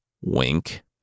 Wink